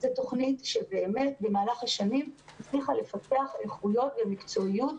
זו תוכנית שבמהלך השנים הצליחה לפתח איכויות ומקצועיות.